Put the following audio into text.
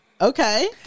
okay